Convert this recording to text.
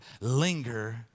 Linger